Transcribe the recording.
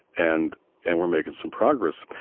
and and we're making some progress.